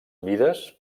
mides